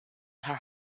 her